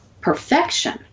perfection